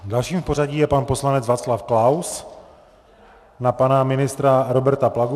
Dalším v pořadí je pan poslanec Václav Klaus na pana ministra Roberta Plagu.